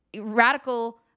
radical